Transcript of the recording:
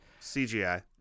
CGI